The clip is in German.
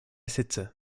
sitze